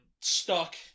stuck